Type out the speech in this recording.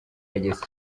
yageze